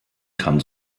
kann